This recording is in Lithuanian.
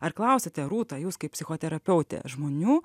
ar klausiate rūta jūs kaip psichoterapeutė žmonių